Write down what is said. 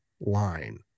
line